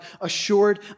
assured